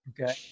Okay